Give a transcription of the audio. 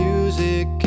Music